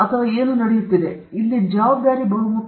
ಅಥವಾ ಏನು ನಡೆಯುತ್ತಿದೆ ಎಂಬುದರ ಜವಾಬ್ದಾರಿಯನ್ನು ತೆಗೆದುಕೊಳ್ಳಿ